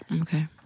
Okay